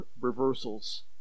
reversals